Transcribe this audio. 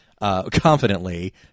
Confidently